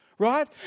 right